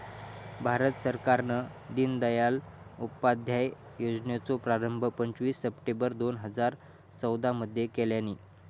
भारत सरकारान दिनदयाल उपाध्याय योजनेचो प्रारंभ पंचवीस सप्टेंबर दोन हजार चौदा मध्ये केल्यानी